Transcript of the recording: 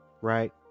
right